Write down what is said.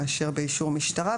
מאשר באישור משטרה,